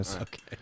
okay